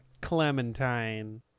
Clementine